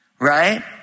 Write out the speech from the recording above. right